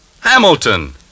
Hamilton